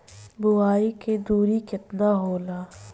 बुआई के दूरी केतना होला?